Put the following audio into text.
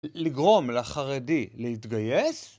לגרום לחרדי להתגייס?